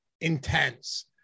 intense